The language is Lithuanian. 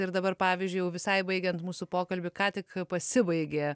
ir dabar pavyzdžiui jau visai baigiant mūsų pokalbį ką tik pasibaigė